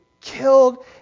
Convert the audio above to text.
killed